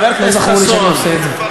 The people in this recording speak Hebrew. אדוני סגן היושב-ראש,